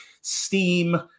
Steam